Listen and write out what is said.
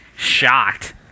shocked